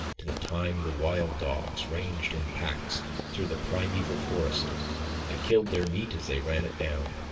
to the time the wild dogs ranged in packs through the primeval forest and killed their meat as they ran it down.